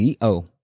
CO